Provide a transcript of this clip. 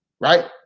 Right